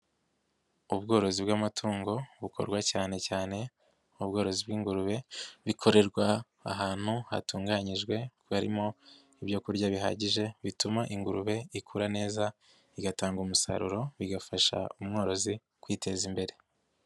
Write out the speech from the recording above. Ubworozi bw'amatungo bukorwa cyane cyane ni ubworozi bw'ingurube, bikorerwa ahantu hatunganyijwe, harimo ibyo kurya bihagije bituma ingurube ikura neza, igatanga umusaruro bigafasha umworozi kwiteza imbere.